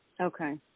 Okay